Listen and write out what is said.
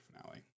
finale